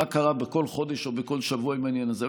קרה בכל חודש או בכל שבוע עם העניין הזה.